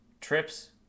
trips